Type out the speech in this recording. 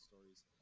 stories